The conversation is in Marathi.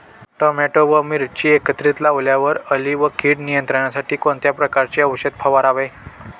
टोमॅटो व मिरची एकत्रित लावल्यावर अळी व कीड नियंत्रणासाठी कोणत्या प्रकारचे औषध फवारावे?